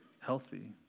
healthy